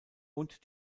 und